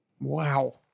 Wow